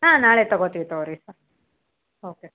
ಹಾಂ ನಾಳೆ ತಗೊಳ್ತೀವಿ ತಗೊಳ್ರಿ ಓಕೆ